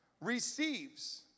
receives